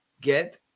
Get